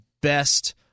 best